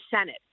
Senate